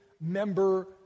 Member